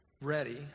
ready